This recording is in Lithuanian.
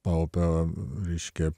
paupio reiškia